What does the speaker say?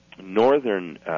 northern